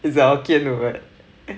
is the hokkien or what